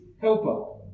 helper